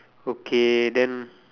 okay then